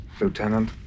Lieutenant